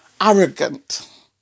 arrogant